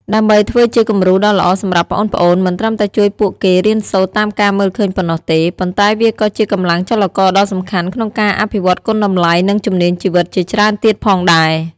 ដើម្បីធ្វើជាគំរូដ៏ល្អសម្រាប់ប្អូនៗ មិនត្រឹមតែជួយពួកគេរៀនសូត្រតាមការមើលឃើញប៉ុណ្ណោះទេ ប៉ុន្តែវាក៏ជាកម្លាំងចលករដ៏សំខាន់ក្នុងការអភិវឌ្ឍគុណតម្លៃ និងជំនាញជីវិតជាច្រើនទៀតផងដែរ ។